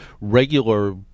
regular